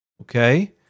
Okay